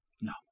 No